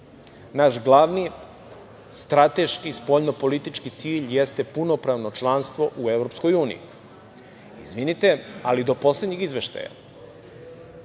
Naš glavni strateški spoljno politički cilj jeste punopravno članstvo u EU. Izvinite, ali do poslednjeg izveštaja